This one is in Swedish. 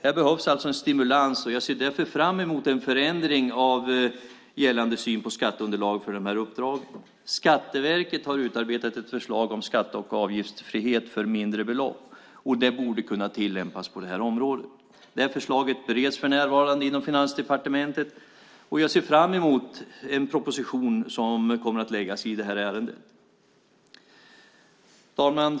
Här behövs det alltså en stimulans. Jag ser därför fram emot en förändring av gällande syn på skatteunderlag för de här uppdragen. Skatteverket har utarbetat ett förslag om skatte och avgiftsfrihet för mindre belopp. Det borde kunna tillämpas på det här området. Det förslaget bereds för närvarande inom Finansdepartementet, och jag ser fram emot en proposition som kommer att läggas fram i det här ärendet. Fru talman!